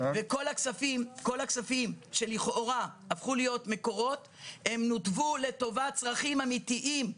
כל הכספים שלכאורה הפכו להיות מקורות נותבו לטובת הצרכים האמיתיים,